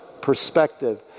perspective